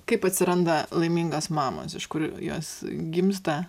kaip atsiranda laimingos mamos iš kur jos gimsta